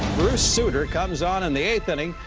bruce sutter comes on in the eighth inning,